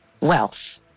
wealth